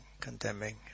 condemning